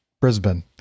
Brisbane